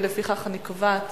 לפיכך אני קובעת